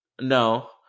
No